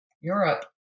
Europe